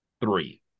three